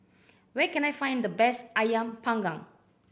where can I find the best Ayam Panggang